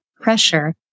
pressure